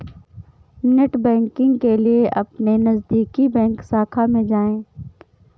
net banking के लिए अपने नजदीकी बैंक शाखा में जाए